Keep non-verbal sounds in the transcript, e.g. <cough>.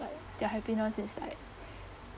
like their happiness is like <breath>